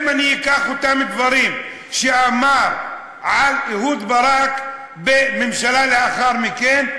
אם אני אקח את אותם דברים שאמר על אהוד ברק בממשלה לאחר מכן,